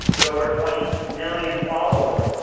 with over twenty million followers.